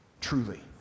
truly